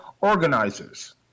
organizers